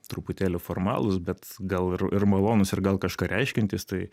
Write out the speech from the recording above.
truputėlį formalūs bet gal ir ir malonūs ir gal kažką reiškiantys tai